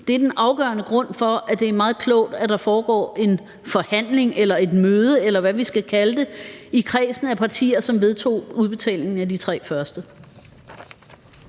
Det er den afgørende grund til, at det er meget klogt, at der foregår en forhandling eller et møde, eller hvad vi skal kalde det, i kredsen af partier, som vedtog udbetalingen af de 3 første.